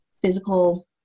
physical